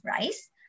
rice